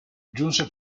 giunse